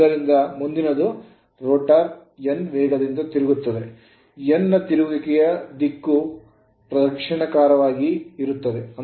ಆದ್ದರಿಂದ ಮುಂದಿನದು rotor n ವೇಗದಿಂದ ತಿರುಗುತ್ತದೆ n ನ ತಿರುಗುವಿಕೆಯ ದಿಕ್ಕು ಪ್ರದಕ್ಷಿಣಾಕಾರವಾಗಿದೆ